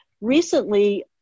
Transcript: recently